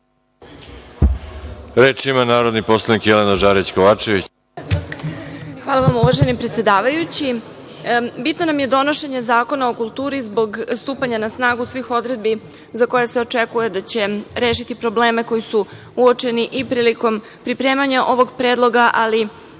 Jelena Žarić Kovačević. **Jelena Žarić Kovačević** Hvala vam, uvaženi predsedavajući. Bitno nam je donošenje Zakona o kulturi zbog stupanja na snagu svih odredbi za koje se očekuje da će rešiti probleme koji su uočeni i prilikom pripremanja ovog predloga, ali